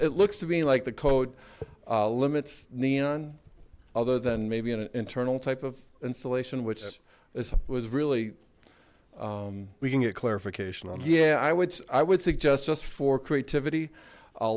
it looks to be like the coat limits neon other than maybe an internal type of insulation which is was really we can get clarification on yeah i would i would suggest just for creativity a